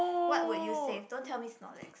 what would you save don't tell me Snorlax